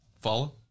Follow